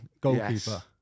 Goalkeeper